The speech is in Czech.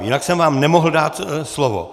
Jinak jsem vám nemohl dát slovo.